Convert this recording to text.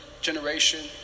generation